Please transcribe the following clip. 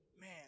man